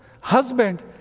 husband